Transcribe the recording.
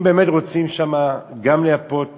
אם באמת רוצים שם גם לייפות